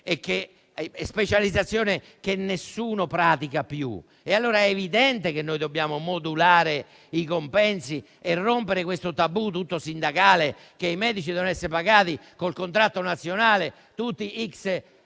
È una specializzazione che nessuno pratica più. È allora evidente che noi dobbiamo modulare i compensi e rompere il tabù tutto sindacale che i medici devono essere pagati con il contratto nazionale, per